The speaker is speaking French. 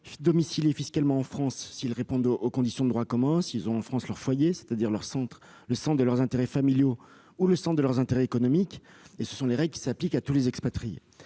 domiciliés fiscalement en France, s'ils répondent aux conditions de droit commun- avoir en France son foyer, c'est-à-dire le centre de ses intérêts familiaux ou économiques. Ce sont des règles qui s'appliquent à tous les expatriés.